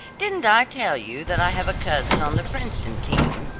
didn't i tell you that i have a cousin on the princeton team.